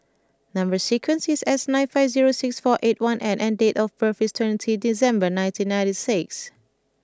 number sequence is S nine five zero six four eight one N and date of birth is twenty December nineteen ninety six